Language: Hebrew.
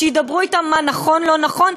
שידברו אתם מה נכון ולא נכון?